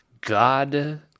God